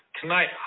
tonight